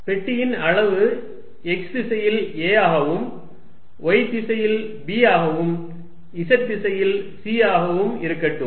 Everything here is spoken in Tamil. பெட்டியின் அளவு x திசையில் a ஆகவும் y திசையில் b ஆகவும் z திசையில் c ஆகவும் இருக்கட்டும்